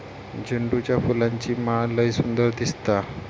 झेंडूच्या फुलांची माळ लय सुंदर दिसता